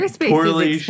poorly